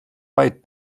weit